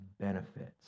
benefits